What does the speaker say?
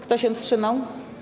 Kto się wstrzymał?